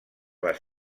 les